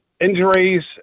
injuries